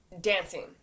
dancing